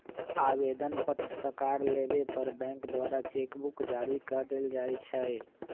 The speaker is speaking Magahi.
आवेदन पत्र सकार लेबय पर बैंक द्वारा चेक बुक जारी कऽ देल जाइ छइ